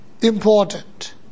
important